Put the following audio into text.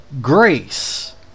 grace